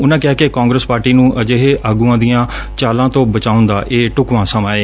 ਉਨੂੰ ਕਿਹਾ ਕਿ ਕਾਂਗਰਸ ਪਾਰਟੀ ਨੂੰ ਅਜਿਹੇ ਆਗੁਆਂ ਦੀਆਂ ਚਾਲਾਂ ਤੋਂ ਬਚਾਉਣ ਦਾ ਇਹ ਢੁਕਵਾਂ ਸਮਾਂ ਏ